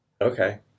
Okay